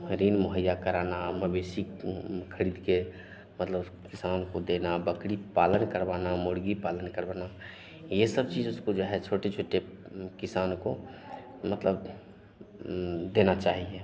खरीम मुहैया कराना मवेशी खरीदकर मतलब उस किसान को देना बकरी पालन करवाना मुर्ग़ी पालन करवाना ये सब चीज़ उसको जो है छोटे छोटे किसान को मतलब देना चाहिए